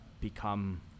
become